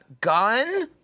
gun